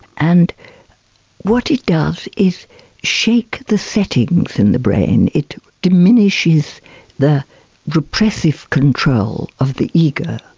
and what it does is shake the settings in the brain, it diminishes the repressive control of the ego,